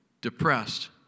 depressed